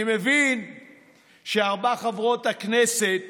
אני מבין שארבע חברות הכנסת